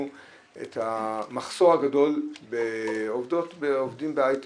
את המחסור הגדול בעובדות ועובדים בהייטק,